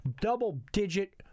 Double-digit